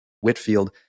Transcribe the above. whitfield